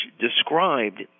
described